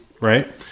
Right